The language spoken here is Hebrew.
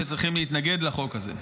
האחרונים שצריכים להתנגד לחוק הזה.